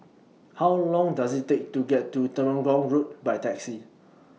How Long Does IT Take to get to Temenggong Road By Taxi